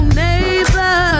neighbor